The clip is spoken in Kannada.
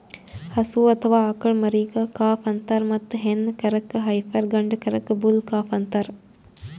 ಹಸು ಅಥವಾ ಆಕಳ್ ಮರಿಗಾ ಕಾಫ್ ಅಂತಾರ್ ಮತ್ತ್ ಹೆಣ್ಣ್ ಕರಕ್ಕ್ ಹೈಪರ್ ಗಂಡ ಕರಕ್ಕ್ ಬುಲ್ ಕಾಫ್ ಅಂತಾರ್